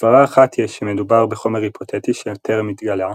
סברה אחת היא שמדובר בחומר היפותטי שטרם התגלה,